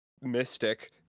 mystic